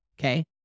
okay